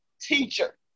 teacher